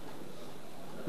למה אתם שותקים?